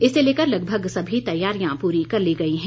इसे लेकर लगभग सभी तैयारियां पूरी कर ली गई हैं